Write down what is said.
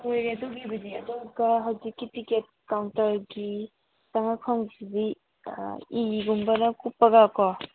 ꯍꯣꯏ ꯑꯗꯨꯒꯤꯕꯨꯗꯤ ꯑꯗꯨꯒ ꯍꯧꯖꯤꯛꯀꯤ ꯇꯤꯀꯦꯠ ꯀꯥꯎꯟꯇꯔꯒꯤ ꯆꯪꯉꯛꯐꯝꯒꯤꯁꯤꯗꯤ ꯏꯒꯨꯝꯕꯅ ꯀꯨꯞꯄꯒꯀꯣ